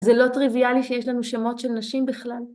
‫זה לא טריוויאלי ‫שיש לנו שמות של נשים בכלל.